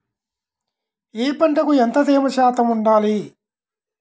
ఏ పంటకు ఎంత తేమ శాతం ఉండాలి?